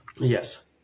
Yes